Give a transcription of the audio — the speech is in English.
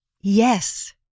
Yes